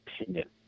opinion